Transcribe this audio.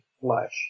flesh